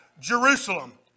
Jerusalem